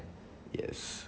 yes